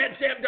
Sam